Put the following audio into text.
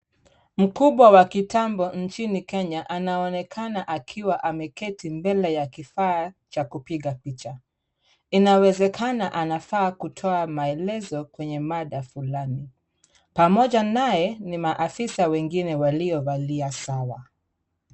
Mkubwa wa kitambo nchini Kenya anaonekana akiwa ameketi mbele ya kifaa cha kupiga picha ,inawezekana anafaa kutoa maelezo kwenye mada fulani, pamoja naye ni maafisa wengine waliovalia sawa.